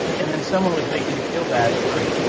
and then someone was making me feel bad for,